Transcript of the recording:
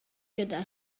gyda